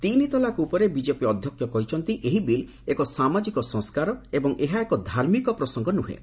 ତିନି ତଲାକ୍ ଉପରେ ବିଜେପି ଅଧ୍ୟକ୍ଷ କହିଛନ୍ତି ଏହି ବିଲ୍ ଏକ ସାମାଜିକ ସଂସ୍କାର ଏବଂ ଏହା ଏକ ଧାର୍ମିକ ପ୍ରସଙ୍ଗ ନୁହେଁ